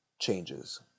changes